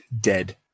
dead